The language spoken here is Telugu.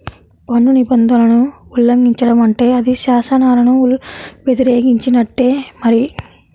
పన్ను నిబంధనలను ఉల్లంఘించడం అంటే అది శాసనాలను వ్యతిరేకించినట్టే మరి